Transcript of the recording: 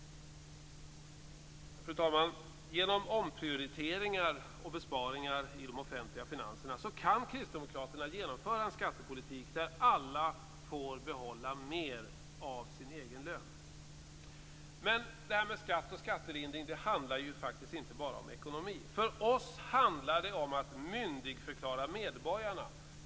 Fru talman! Genom omprioriteringar och besparingar i de offentliga finanserna kan kristdemokraterna genomföra en skattepolitik där alla får behålla mer av sin egen lön. Men skatt och skattelindring handlar inte bara om ekonomi. För oss handlar det om att myndigförklara medborgarna.